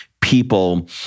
people